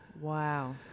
Wow